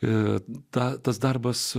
ir tą tas darbas